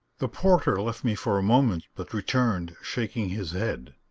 the porter left me for a moment, but returned shaking his head.